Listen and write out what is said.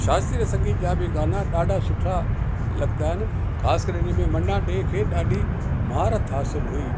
शास्त्रीय संगीत जा बि गाना ॾाढा सुठा लॻंदा आहिनि ख़ासि करे इनमें मन्ना डे खे ॾाढी महारथु हासिलु हुई